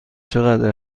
چقدر